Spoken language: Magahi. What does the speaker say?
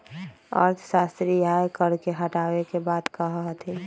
अर्थशास्त्री आय कर के हटावे के बात कहा हथिन